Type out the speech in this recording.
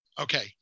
Okay